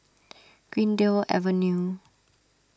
Greendale Avenue